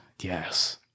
Yes